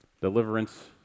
Deliverance